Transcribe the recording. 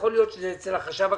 יכול להיות שזה אצל החשב הכללי.